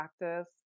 practice